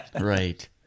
right